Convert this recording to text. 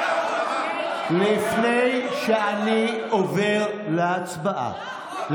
לפני שאני עובר להצבעה,